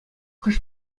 хӑш